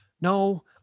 no